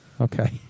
Okay